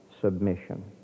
submission